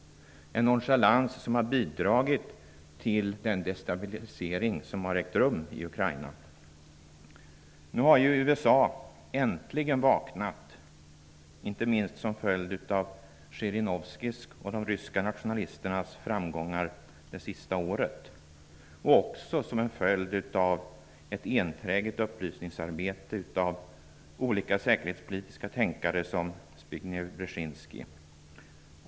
Det är en nonchalans som har bidragit till den destabilisering som har ägt rum i Nu har USA äntligen vaknat, inte minst som följd av Zjirinovskijs och de ryska nationalisternas framgångar det sista året, och också som en följd av ett enträget upplysningsarbete av olika säkerhetspolitiska tänkare såsom Zbigniev Brzinski.